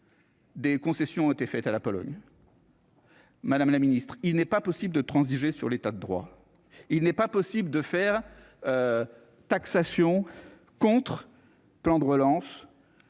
Des concessions ont été faites à la Pologne. Madame la ministre, il n'est pas possible de transiger sur l'état de droit, il n'est pas possible de faire, taxation contre-plan de relance